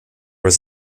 was